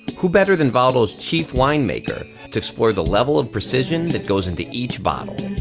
who better than valdo's chief wine maker to explore the level of precision that goes into each bottle.